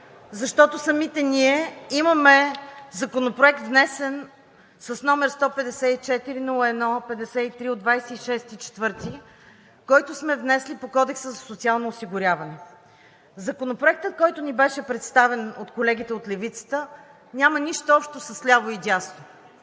защото самите ние имаме Законопроект с № 154-01-53 от 26 април, който сме внесли, по Кодекса за социално осигуряване. Законопроектът, който ни беше представен от колегите от Левицата, няма нищо общо с ляво и с дясно.